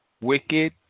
wicked